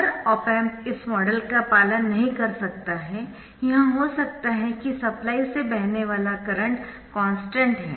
हर op amp इस model का पालन नहीं कर सकता है यह हो सकता है कि सप्लाई से बहने वाला करंट कॉन्स्टन्ट है